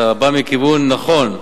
אתה בא מכיוון נכון,